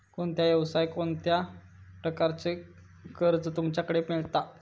कोणत्या यवसाय कोणत्या प्रकारचा कर्ज तुमच्याकडे मेलता?